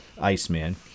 Iceman